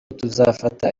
tuzafata